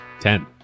Ten